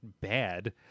bad